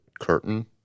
curtain